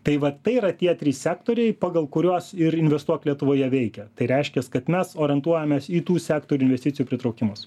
tai vat tai yra tie trys sektoriai pagal kuriuos ir investuok lietuvoje veikia tai reiškias kad mes orientuojamės į tų sektorių investicijų pritraukimus